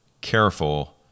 careful